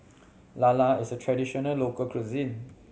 lala is a traditional local cuisine